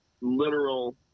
literal